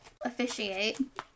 officiate